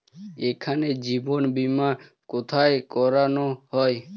এখানে জীবন বীমা কোথায় করানো হয়?